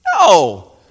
No